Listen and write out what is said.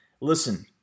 listen